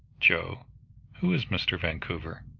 joe who is mr. vancouver?